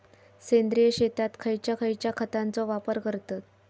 सेंद्रिय शेतात खयच्या खयच्या खतांचो वापर करतत?